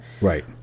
right